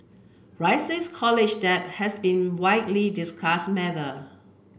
rising college debt has been widely discuss matter